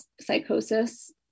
psychosis